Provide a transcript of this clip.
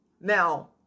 Now